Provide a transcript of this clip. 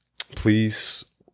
please